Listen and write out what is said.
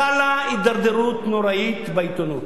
חלה הידרדרות נוראית בעיתונות.